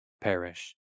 perish